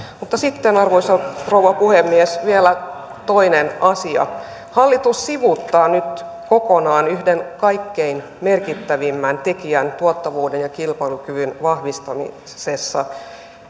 mutta sitten arvoisa rouva puhemies vielä toinen asia hallitus sivuuttaa nyt kokonaan yhden kaikkein merkittävimmän tekijän tuottavuuden ja kilpailukyvyn vahvistamisessa